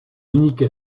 unique